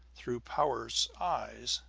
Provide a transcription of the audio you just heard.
through powart's eyes,